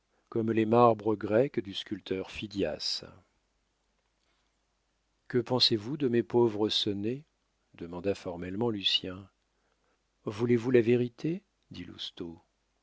comme les marbres grecs du sculpteur phidias que pensez-vous de mes pauvres sonnets demanda formellement lucien voulez-vous la vérité dit